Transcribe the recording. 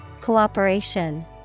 cooperation